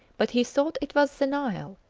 but he thought it was the nile,